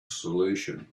solution